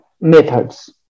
methods